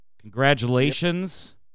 Congratulations